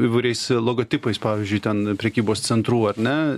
įvairiais logotipais pavyzdžiui ten prekybos centrų ar ne